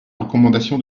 recommandation